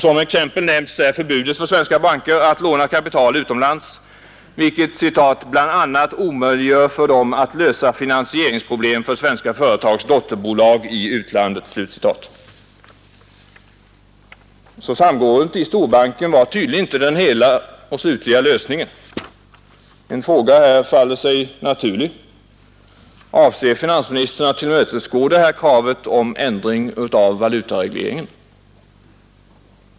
Som exempel nämns förbudet för svenska banker att låna kapital utomlands, vilket ”bl.a. omöjliggör för dem att lösa finansieringsproblem för svenska företags dotterbolag i utlandet”. Samgåendet i storbanken var tydligen inte den hela och slutliga lösningen. En fråga faller sig naturlig: Avser finansministern att tillmötesgå det här kravet på ändring av valutaregleringen?